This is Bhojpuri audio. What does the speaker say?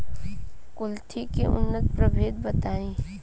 कुलथी के उन्नत प्रभेद बताई?